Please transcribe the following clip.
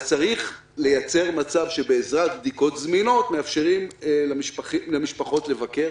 אז צריך לייצר מצב שבעזרת בדיקות זמינות מאפשרים למשפחות לבקר.